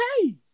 hey